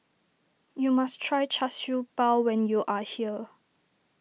you must try Char Siew Bao when you are here